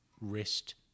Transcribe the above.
wrist